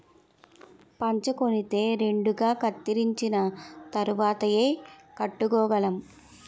పంచకొనితే రెండుగా కత్తిరించిన తరువాతేయ్ కట్టుకోగలం